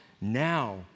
Now